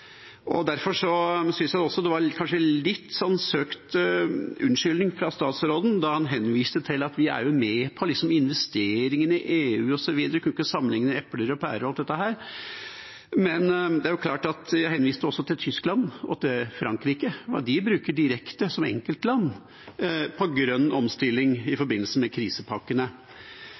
Derfor synes jeg det kanskje var en litt søkt unnskyldning fra statsråden da han henviste til at vi liksom er med på investeringene i EU osv., at man ikke kunne sammenligne epler og pærer og alt dette. Men det er klart at jeg henviste jo også til Tyskland og til Frankrike, og hva de bruker som enkeltland direkte på grønn omstilling i forbindelse med krisepakkene.